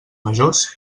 majors